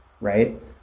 right